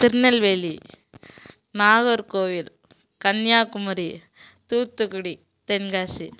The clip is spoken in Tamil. திருநெல்வேலி நாகர்கோவில் கன்னியாகுமரி தூத்துக்குடி தென்காசி